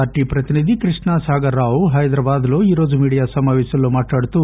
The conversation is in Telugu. పార్టీ ప్రతినిధి క్రిష్ణసాగర్ రావు హైదరాబాద్ లో ఈరోజు మీడియా సమాపేశంలో మాట్లాడుతూ